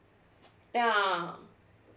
ya